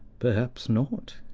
perhaps not,